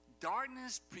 Darkness